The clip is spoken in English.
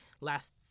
last